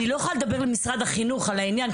אני לא יכולה לדבר במשרד החינוך על העניין,